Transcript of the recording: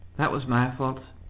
that was my fault.